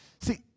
See